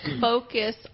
Focus